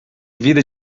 vida